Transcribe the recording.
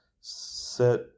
set